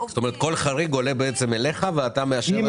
כלומר כל חריג עולה אליך ואתה מאשר?